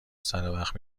سروقت